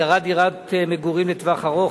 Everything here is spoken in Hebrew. השכרת דירות מגורים לטווח ארוך),